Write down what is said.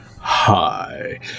hi